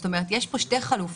זאת אומרת, יש כאן שתי חלופות